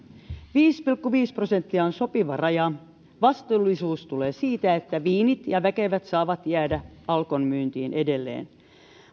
viisi pilkku viisi prosenttia on sopiva raja vastuullisuus tulee siitä että viinit ja väkevät saavat jäädä alkon myyntiin edelleen